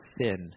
sin